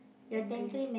angry